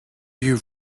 you